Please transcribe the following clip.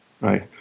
Right